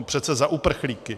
Přece za uprchlíky.